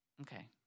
Okay